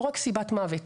לא רק סיבת מוות,